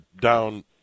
down